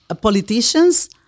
politicians